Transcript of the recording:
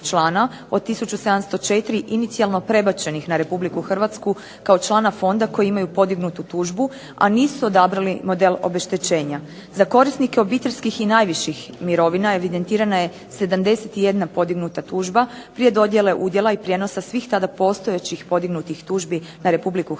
od 1704 inicijalno prebačenih na Republiku Hrvatsku kao člana fonda koji imaju podignutu tužbu, a nisu odabrali model obeštećenja. Za korisnike obiteljskih i najviših mirovina evidentirana je 71 podignuta tužba prije dodjele udjela i prijenosa svih tada postojećih podignutih tužbi na Republiku Hrvatsku